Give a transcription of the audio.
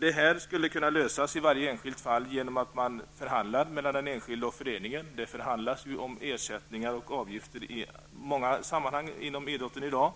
Det skulle kunna lösas i varje enskilt fall genom förhandlingar mellan den enskilde och föreningen -- det förhandlas ju om ersättningar och avgifter i många sammanhang inom idrotten i dag.